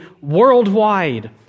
worldwide